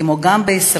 כמו גם בישראל,